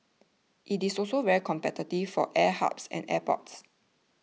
it is also very competitive for air hubs and airports